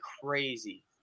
crazy